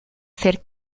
ser